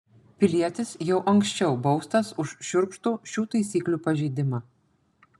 pilietis jau anksčiau baustas už šiurkštų šių taisyklių pažeidimą